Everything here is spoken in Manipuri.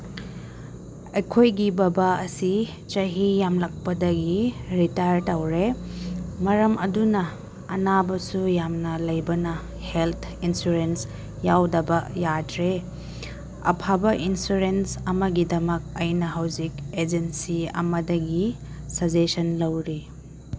ꯑꯩꯈꯣꯏꯒꯤ ꯕꯕꯥ ꯑꯁꯤ ꯆꯍꯤ ꯌꯥꯝꯂꯛꯄꯗꯒꯤ ꯔꯤꯇꯥꯏꯌꯔ ꯇꯧꯔꯦ ꯃꯔꯝ ꯑꯗꯨꯅ ꯑꯅꯥꯕꯁꯨ ꯌꯥꯝꯅ ꯂꯩꯕꯅ ꯍꯦꯜ ꯏꯟꯁꯨꯔꯦꯟꯁ ꯌꯥꯎꯗꯕ ꯌꯥꯗ꯭ꯔꯦ ꯑꯐꯕ ꯏꯟꯁꯨꯔꯦꯟꯁ ꯑꯃꯒꯤꯗꯃꯛ ꯑꯩꯅ ꯍꯧꯖꯤꯛ ꯑꯦꯖꯦꯟꯁꯤ ꯑꯃꯗꯒꯤ ꯁꯖꯦꯁꯟ ꯂꯧꯔꯤ